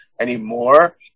anymore